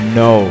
no